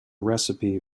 recipe